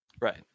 right